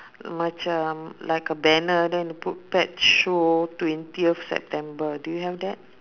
macam like a banner then they put pet show twentieth september do you have that